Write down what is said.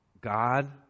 God